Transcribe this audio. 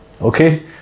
Okay